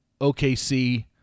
OKC